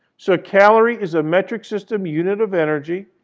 so a calorie is a metric system unit of energy.